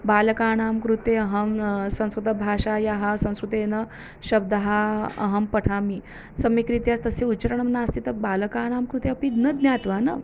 बालकानां कृते अहं संस्कृतभाषायाः संस्कृतेन शब्दः अहं पठामि सम्यक्रीत्या तस्य उच्चारणं नास्ति तत् बालकानां कृते अपि न ज्ञात्वा न